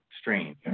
strange